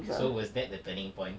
so was that the turning point